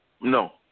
No